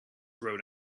rode